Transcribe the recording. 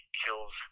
kills